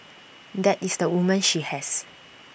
that is the woman she has